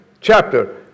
chapter